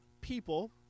people